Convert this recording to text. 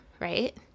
right